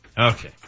Okay